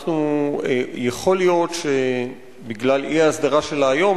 ויכול להיות שבגלל האי-הסדרה שלה היום